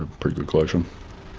ah pretty good collection.